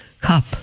cup